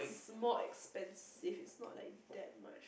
is more expensive is not like that much